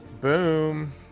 Boom